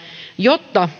jotta